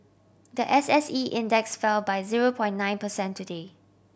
the S S E Index fell by zero point nine percent today